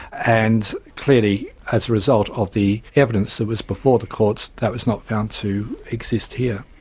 and clearly as a result of the evidence that was before the courts, that was not found to exist here.